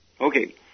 Okay